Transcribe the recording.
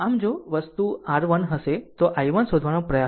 આમ જો આ વસ્તુ r1 હશે તે i1 શોધવાનો પ્રયાસ કરો